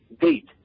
date